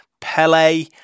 Pele